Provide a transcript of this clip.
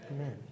Amen